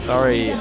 Sorry